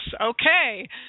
okay